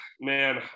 man